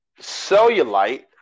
cellulite